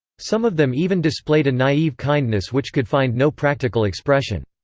some of them even displayed a naive kindness which could find no practical expression.